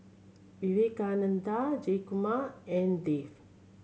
Vivekananda Jayakumar and Dev